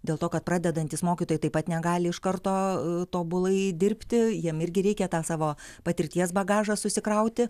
dėl to kad pradedantys mokytojai taip pat negali iš karto tobulai dirbti jiem irgi reikia tą savo patirties bagažą susikrauti